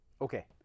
Okay